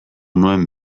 nuen